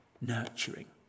nurturing